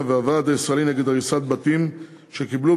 "איתיג'אה" ו"הוועד הישראלי נגד הריסת בתים" שקיבלו